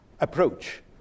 approach